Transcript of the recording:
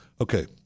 Okay